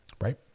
right